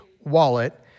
wallet